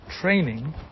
training